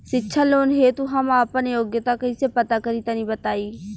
शिक्षा लोन हेतु हम आपन योग्यता कइसे पता करि तनि बताई?